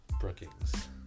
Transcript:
Brookings